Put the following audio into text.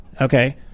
Okay